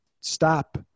stop